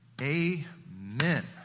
Amen